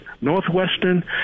Northwestern